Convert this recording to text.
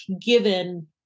given